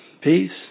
Peace